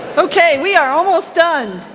okay we are almost done.